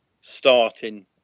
starting